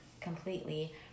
completely